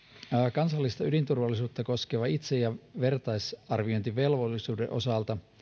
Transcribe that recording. kansallista ydinturvallisuutta koskevan itse ja vertaisarviointivelvollisuuden osalta